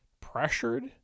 pressured